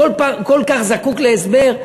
כל כך זקוק להסבר.